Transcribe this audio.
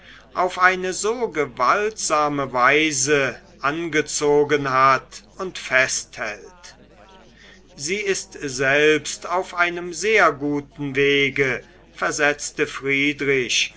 auf eine so gewaltsame weise angezogen hat und festhält sie ist selbst auf einem sehr guten wege versetzte friedrich